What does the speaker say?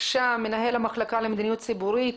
מנהל המחלקה למדיניות ציבורית.